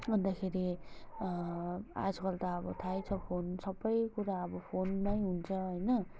अन्तखेरि आजकल त अब थाहै छ फोन सबैकुरा अब फोनमै हुन्छ होइन